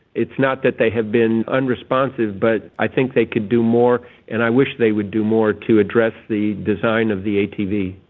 it's not that they have been unresponsive but i think they could do more and i wish they would do more to address the design of the atv.